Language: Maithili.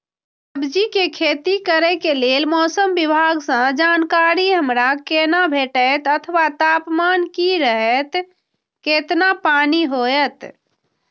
सब्जीके खेती करे के लेल मौसम विभाग सँ जानकारी हमरा केना भेटैत अथवा तापमान की रहैत केतना पानी होयत?